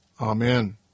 Amen